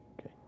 Okay